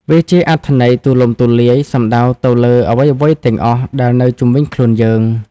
វាជាអត្ថន័យទូលំទូលាយ សំដៅទៅលើ អ្វីៗទាំងអស់ដែលនៅជុំវិញខ្លួនយើង។